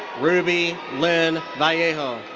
ruby lynn vallejo.